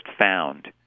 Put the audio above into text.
found